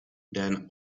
then